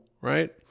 right